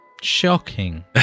Shocking